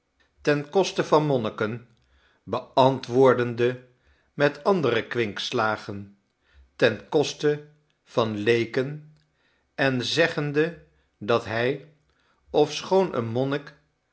ten koste van monniken beantwoordende met andere kwinkslagen ten koste van leeken en zeggende dat hij ofschoon een